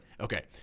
Okay